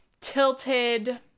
tilted